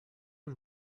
uns